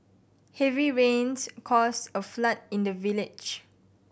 heavy rains caused a flood in the village